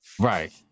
Right